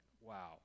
wow